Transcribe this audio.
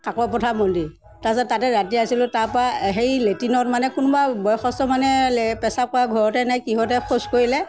কাকপথাৰ মন্দিৰ তাৰপিছত তাতে ৰাতি আছিলোঁ তাৰপৰা হেৰি লেট্ৰিনত মানে কোনোবা বয়সস্থ মানে প্ৰশ্ৰাৱ কৰা ঘৰতে নে কিহতে শৌচ কৰিলে